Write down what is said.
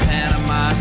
Panama